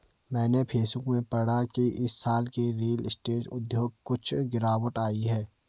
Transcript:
मैंने फेसबुक में पढ़ा की इस साल रियल स्टेट उद्योग कुछ गिरावट आई है